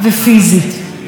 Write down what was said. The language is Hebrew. היום בבוקר,